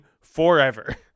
forever